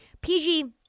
PG